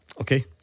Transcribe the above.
Okay